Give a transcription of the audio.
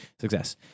Success